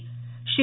Shri